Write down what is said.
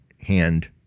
hand